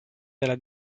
della